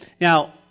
now